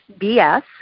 BS